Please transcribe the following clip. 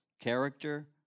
character